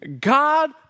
God